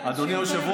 השר,